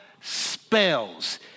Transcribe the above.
spells